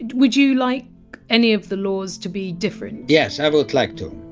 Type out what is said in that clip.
would you like any of the laws to be different? yes, i would like to.